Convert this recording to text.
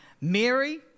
Mary